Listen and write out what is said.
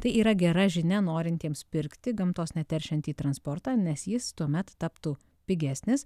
tai yra gera žinia norintiems pirkti gamtos neteršiantį transportą nes jis tuomet taptų pigesnis